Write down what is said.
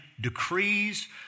decrees